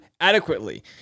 adequately